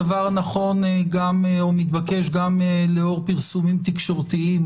הדבר נכון או מתבקש גם לאור פרסומים תקשורתיים